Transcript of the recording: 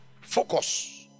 Focus